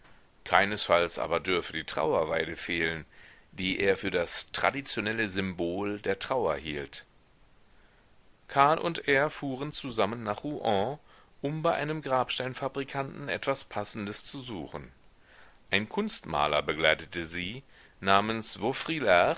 keinesfalls aber dürfe die trauerweide fehlen die er für das traditionelle symbol der trauer hielt karl und er fuhren zusammen nach rouen um bei einem grabsteinfabrikanten etwas passendes zu suchen ein kunstmaler begleitete sie namens